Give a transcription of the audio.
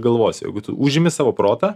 galvosi jeigu tu užimi savo protą